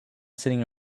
sitting